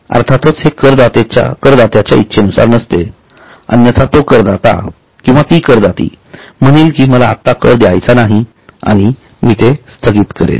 अर्थातच हे करदात्याच्या इच्छेनुसार नसते अन्यथा तो ती म्हणेल की मला आता कर द्यायचा नाही आणि मी ते स्थागित करेल